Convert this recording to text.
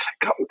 come